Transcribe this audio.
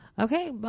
okay